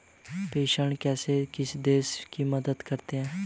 प्रेषण कैसे किसी देश की मदद करते हैं?